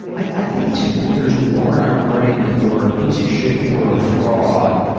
i think, too, that there's a war in our brain that we're a piece of shit and we're a fraud,